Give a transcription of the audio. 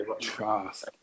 Trust